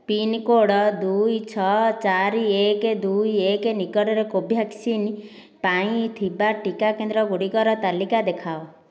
pincode ଦୁଇ ଛଅ ଚାରି ଏକ ଦୁଇ ଏକ ନିକଟରେ କୋଭ୍ୟାକ୍ସିନ୍ ପାଇଁ ଥିବା ଟିକାକେନ୍ଦ୍ର ଗୁଡ଼ିକର ତାଲିକା ଦେଖାଅ